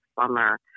summer